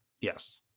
Yes